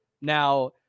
Now